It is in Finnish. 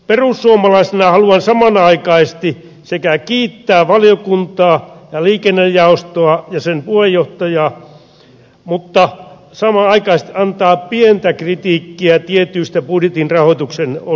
perussuomalaisena haluan samanaikaisesti kiittää valiokuntaa ja liikennejaostoa ja sen puheenjohtajaa mutta samanaikaisesti antaa pientä kritiikkiä tietyistä budjetin rahoituksen osista